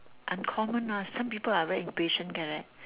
uncommon ah some people are very impatient correct